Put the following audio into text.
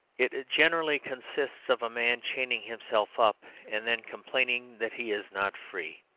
it generally consists of a man chaining himself up and then complaining that he is not free.